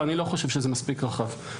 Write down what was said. ואני לא חושב שזה מספיק רחב.